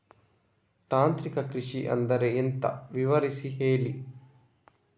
ತಾಂತ್ರಿಕ ಕೃಷಿ ಅಂದ್ರೆ ಎಂತ ವಿವರಿಸಿ ಹೇಳಿ